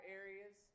areas